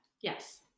Yes